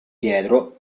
pietro